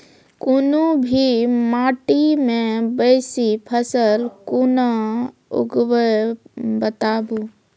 कूनू भी माटि मे बेसी फसल कूना उगैबै, बताबू?